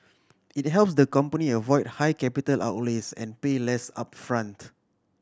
it helps the company avoid high capital outlays and pay less upfront